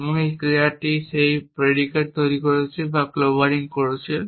এবং এই ক্রিয়াটি সেই প্রডিকেট তৈরি করছে বা ক্লোবারিং করছে